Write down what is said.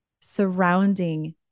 surrounding